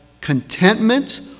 contentment